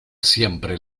siempre